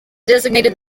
designated